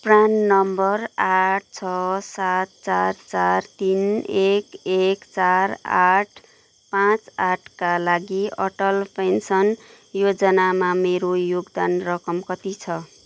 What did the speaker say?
PRAN number आठ छ सात चार चार तिन एक एक चार आठ पाँच आठका लागि अटल पेन्सन योजनामा मेरो योगदान रकम कति छ